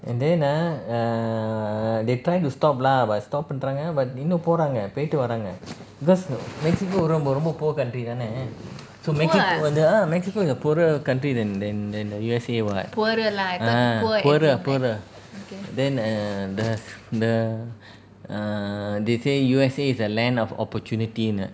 and then ah err they trying to stop lah but stop பன்றாங்க:panraanga but you know இன்னும் போறாங்க போய்ட்டு வராங்க:innum poraanga poitu varanga because know mexico ரொம்ப ரொம்ப:romba romba poor country தானே:thane so mexico வந்து:vanthu ah mexico is a poorer country than than than the U_S_A [what] ah poorer poorer then err the the err they say U_S_A is a land of opportunity னு:nu